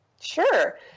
Sure